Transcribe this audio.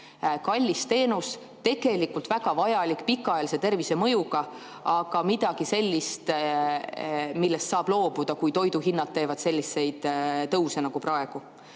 kallis teenus, aga tegelikult väga vajalik, pikaajalise tervisemõjuga, ent midagi sellist, millest saab loobuda, kui toidu hinnad teevad selliseid tõuse nagu praegu.